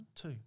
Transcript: two